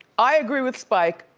i agree with spike.